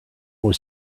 was